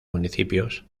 municipios